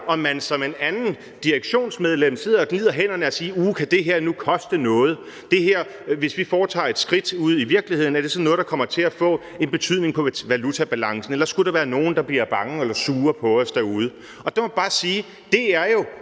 om man som et andet direktionsmedlem sidder og gnider hænderne og stiller spørgsmålet, om det her nu kan koste noget. Og man stiller spørgsmålet, om det, hvis vi tager det skridt ud i virkeligheden, så er noget, der kommer til at få en betydning på valutabalancen, eller om der skulle være nogen, der blev bange eller sure på os derude. Der må man bare sige, at det jo